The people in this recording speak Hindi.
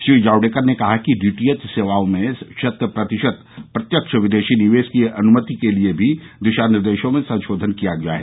श्री जावडेकर ने कहा कि डीटीएच सेवाओं में शत प्रतिशत प्रत्यक्ष विदेशी निवेश की अनुमति के लिए भी दिशा निर्देशों में संशोधन किया गया है